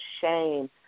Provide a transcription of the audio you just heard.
shame